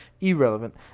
irrelevant